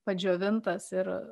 padžiovintas ir